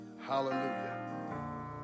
Hallelujah